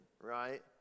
right